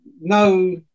no